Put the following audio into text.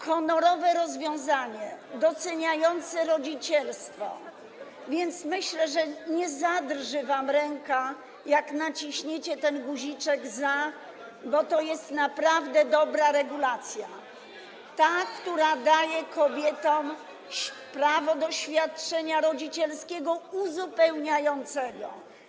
Honorowe rozwiązanie doceniające rodzicielstwo, więc myślę, że nie zadrży wam ręka, jak naciśniecie przycisk „za”, bo to jest naprawdę dobra regulacja, [[Poruszenie na sali]] która daje kobietom prawo do świadczenia rodzicielskiego uzupełniającego.